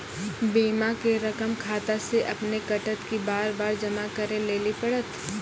बीमा के रकम खाता से अपने कटत कि बार बार जमा करे लेली पड़त?